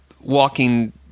walking